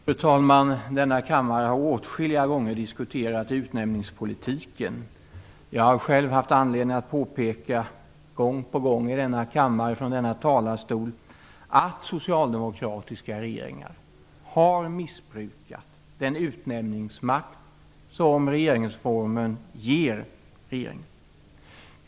Fru talman! Denna kammare har åtskilliga gånger diskuterat utnämningspolitiken. Jag har själv haft anledning att gång på gång påpeka i denna kammare och från denna talarstol att socialdemokratiska regeringar har missbrukat den utnämningsmakt som regeringsformen ger regeringen.